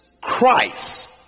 Christ